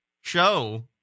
show